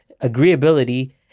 agreeability